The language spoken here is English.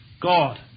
God